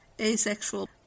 asexual